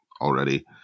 already